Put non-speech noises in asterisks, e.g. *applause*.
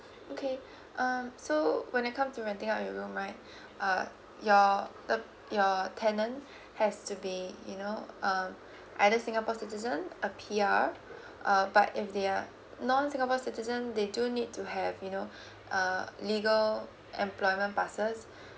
okay *breath* um so when I come to renting out your room right *breath* uh your the your tenant *breath* has to be you know uh *breath* either singapore citizen a P_R *breath* uh but if they are non singapore citizen they do need to have you know *breath* uh legal employment passes *breath*